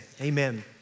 amen